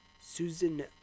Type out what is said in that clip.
Susan